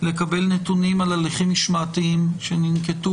לקבל נתונים על הליכים משמעתיים שננקטו